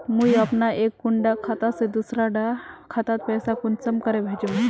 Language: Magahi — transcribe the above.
मुई अपना एक कुंडा खाता से दूसरा डा खातात पैसा कुंसम करे भेजुम?